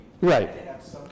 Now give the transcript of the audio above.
Right